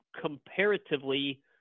comparatively